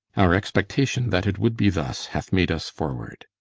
our expectation that it would be thus hath made us forward.